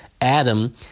Adam